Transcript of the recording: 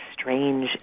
strange